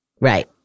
Right